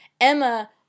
Emma